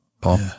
Paul